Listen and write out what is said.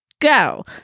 go